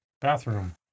Bathroom